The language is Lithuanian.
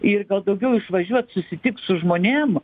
ir daugiau išvažiuot susitikt su žmonėm